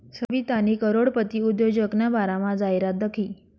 सवितानी करोडपती उद्योजकना बारामा जाहिरात दखी